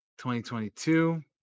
2022